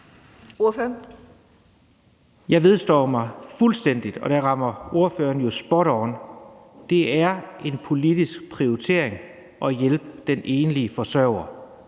Jeg vedstår fuldstændig – og der rammer ordføreren jo spot on – at det er en politisk prioritering at hjælpe den enlige forsørger.